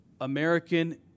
American